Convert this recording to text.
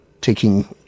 taking